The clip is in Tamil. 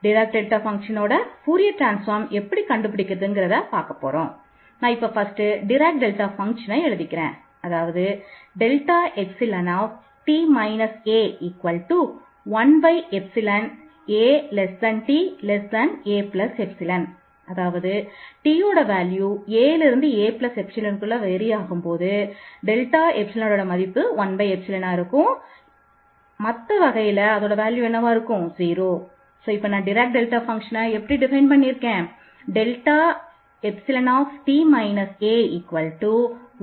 ∴Fs2e 5x5e 2x2Fse 5x5Fse 2x222525222222225524 இது நமக்குத் தேவையான முடிவை தருகிறது